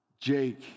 Jake